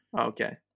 Okay